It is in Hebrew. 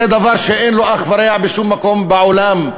זה דבר שאין לו אח ורע בשום מקום בעולם,